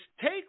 take